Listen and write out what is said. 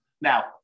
Now